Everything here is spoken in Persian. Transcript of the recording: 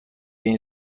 این